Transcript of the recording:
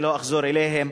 אני לא אחזור עליהם,